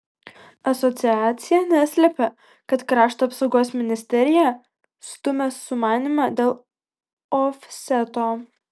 asociacija neslepia kad krašto apsaugos ministerija stumia sumanymą dėl ofseto